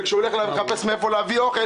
וכשהוא הולך לחפש מאיפה להביא אוכל